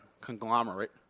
conglomerate